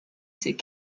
ses